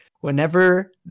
whenever